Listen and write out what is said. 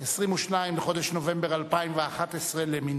22 בחודש נובמבר 2011 למניינם.